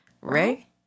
Ray